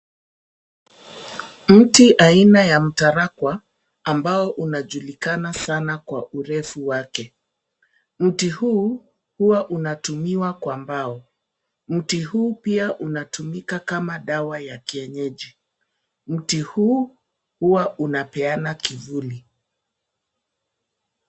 Mti aina ya mtarakwa, ambao unajulikana sana kwa urefu wake. Mti huu, huwa unatumiwa kwa mbao. Mti huu pia unatumika kama dawa ya kienyeji. Mti huu, huwa unapeana kivuli.